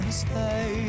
stay